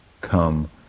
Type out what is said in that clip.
come